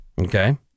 Okay